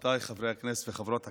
עמיתיי חברי הכנסת וחברות הכנסת,